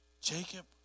Jacob